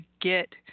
get